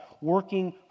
working